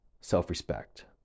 self-respect